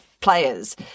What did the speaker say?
players